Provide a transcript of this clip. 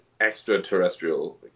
extraterrestrial